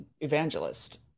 evangelist